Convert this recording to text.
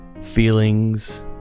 feelings